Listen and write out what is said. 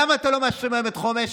למה אתם לא מאשרים היום את חומש?